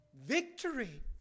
victory